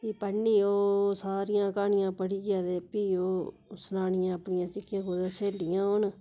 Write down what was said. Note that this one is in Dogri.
फ्ही पढ़नी ओह् सारियां क्हनियां पढ़ियै ते फ्ही ओह् सनानियां अपनियां जेह्कियां कुतै स्हेलियां होन